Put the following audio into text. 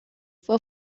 fue